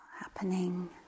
happening